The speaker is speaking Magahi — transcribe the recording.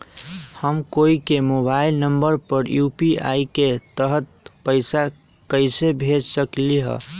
हम कोई के मोबाइल नंबर पर यू.पी.आई के तहत पईसा कईसे भेज सकली ह?